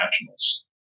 Nationals